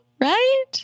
right